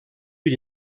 bir